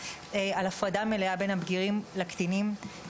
על הפרדה מלאה בין הבגירים לקטינים.